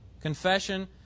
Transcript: confession